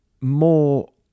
more